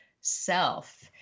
self